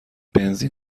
بنزین